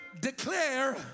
declare